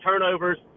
turnovers